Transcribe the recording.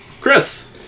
Chris